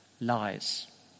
lies